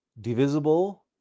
divisible